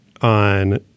on